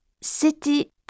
c'était